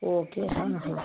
okay ഹാ ഹാ